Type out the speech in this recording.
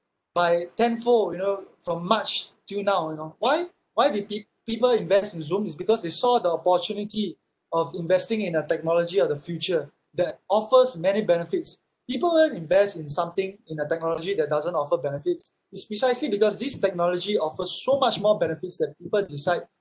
by ten fold you know from march till now you know why why do peo~ people invest in zoom is because they saw the opportunity of investing in a technology of the future that offers many benefits people won't invest in something in a technology that doesn't offer benefits it's precisely because this technology offers so much more benefits that people decide